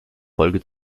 folge